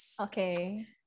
Okay